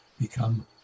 become